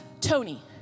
Tony